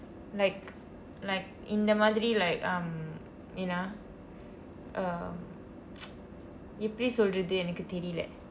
like like இந்த மாதிரி:indtha maathiri like um ஏன் என்றால்:een enraal uh எப்படி சொல்றது எனக்கு தெரியவில்லை:eppadi solrathu enakku theriyavillai